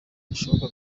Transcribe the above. bishobora